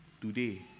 today